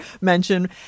mention